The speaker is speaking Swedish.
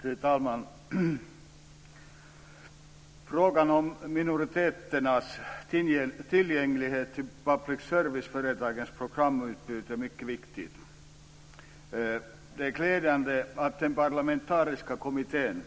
Fru talman! Frågan om minoriteternas tillgänglighet till public service-företagens programutbud är mycket viktig. Det är glädjande att den parlamentariska kommittén,